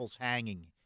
hanging